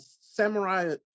samurai